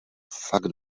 fakt